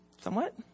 somewhat